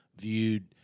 viewed